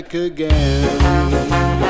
again